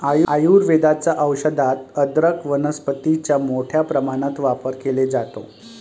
आयुर्वेदाच्या औषधात अदरक वनस्पतीचा मोठ्या प्रमाणात वापर केला जातो